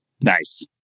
Nice